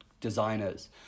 designers